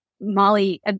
Molly